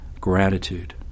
gratitude